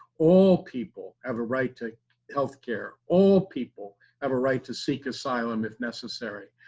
all people have a right to healthcare. all people have a right to seek asylum if necessary.